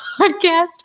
podcast